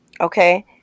Okay